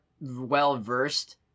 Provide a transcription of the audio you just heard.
well-versed